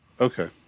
Okay